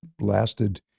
lasted